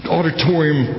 auditorium